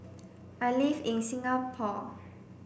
I live in Singapore